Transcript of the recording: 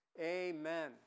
Amen